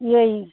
यही